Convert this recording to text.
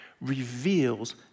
reveals